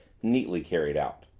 neatly carried out.